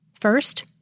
First